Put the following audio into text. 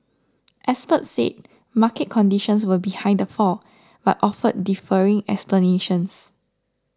experts said market conditions were behind the fall but offered differing explanations